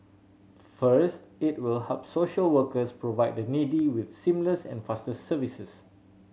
first it will help social workers provide the needy with seamless and faster services